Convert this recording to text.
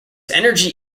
energy